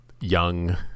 young